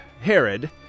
Herod